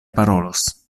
parolos